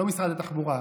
לא משרד התחבורה,